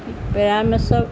paracetamol